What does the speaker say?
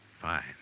fine